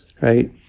right